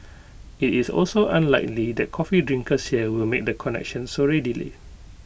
IT is also unlikely that coffee drinkers here will make the connection so readily